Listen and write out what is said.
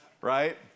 right